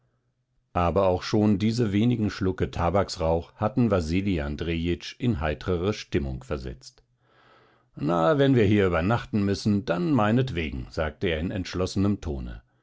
aber auch schon diese wenigen schlucke tabaksrauch hatten wasili andrejitsch in heitrere stimmung versetzt na wenn wir hier übernachten müssen dann meinetwegen sagte er in entschlossenem tone